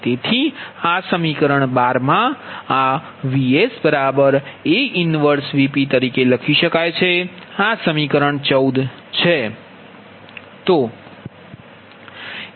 તેથી આ સમીકરણ 12 આ VsA 1Vp તરીકે લખી શકાય છે આ સમીકરણ 14 છે